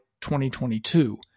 2022